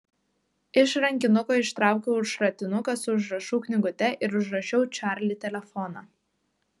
iš rankinuko ištraukiau šratinuką su užrašų knygute ir užrašiau čarli telefoną